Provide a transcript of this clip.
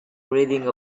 reading